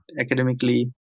academically